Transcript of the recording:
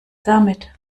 damit